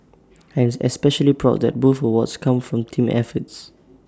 I am especially proud that both awards come from team efforts